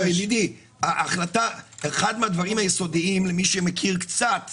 אחד הדברים היסודיים למי שמכיר קצת